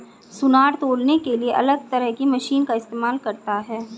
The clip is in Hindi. सुनार तौलने के लिए अलग तरह की मशीन का इस्तेमाल करता है